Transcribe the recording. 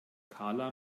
karla